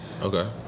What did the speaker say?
Okay